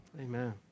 Amen